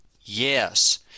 Yes